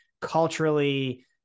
culturally